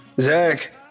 Zach